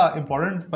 important